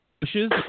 bushes